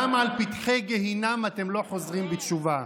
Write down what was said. גם על פתחי גיהינום אתם לא חוזרים בתשובה.